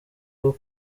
bwo